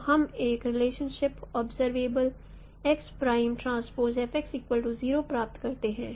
तो हम एक रीलेशनशिप ऑब्जरवेबल प्राप्त करते हैं